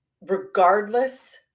regardless